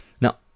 Now